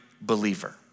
believer